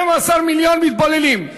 12 מיליון מתבוללים.